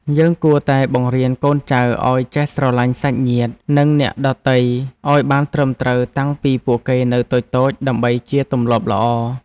យើងគួរតែបង្រៀនកូនចៅឱ្យចេះហៅសាច់ញាតិ និងអ្នកដទៃឱ្យបានត្រឹមត្រូវតាំងពីពួកគេនៅតូចៗដើម្បីជាទម្លាប់ល្អ។